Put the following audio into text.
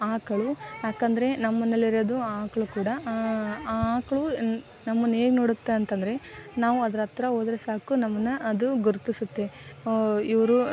ಆಕಳು ಯಾಕೆಂದ್ರೆ ನಮ್ಮ ಮನೇಲಿರೋದು ಆಕಳು ಕೂಡ ಆ ಆಕಳು ನಮ್ಮನ್ನು ಹೇಗೆ ನೋಡುತ್ತೆ ಅಂತಂದರೆ ನಾವು ಅದರ ಹತ್ರ ಹೋದ್ರೆ ಸಾಕು ನಮ್ಮನ್ನು ಅದು ಗುರ್ತಿಸುತ್ತೆ ಇವರು